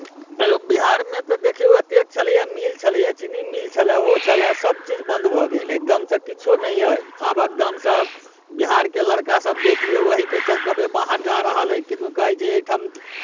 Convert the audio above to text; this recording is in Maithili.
मतलब बिहारमे तऽ देखियौ एतेक छलैए मिल छलैए चीनी मिल छलए ओ छलए सभचीज बन्द भऽ गेल एकदमसँ किछो नहि अइ आब एकदमसँ बिहारके लड़कासभ देख लियौ एहीके चलते बाहर जा रहल अइ किदुन कहै छै एहिठाम